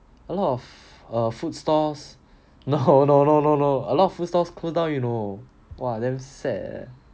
a lot of err food stalls no no no no no a lot of food stalls close down you know !wah! damn sad eh